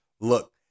Look